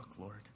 Lord